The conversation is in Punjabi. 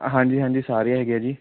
ਹਾਂਜੀ ਹਾਂਜੀ ਸਾਰੇ ਹੈਗੇ ਆ ਜੀ